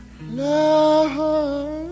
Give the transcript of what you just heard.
Love